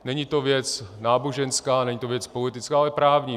Není to věc náboženská, není to věc politická, ale právní.